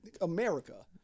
america